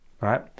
right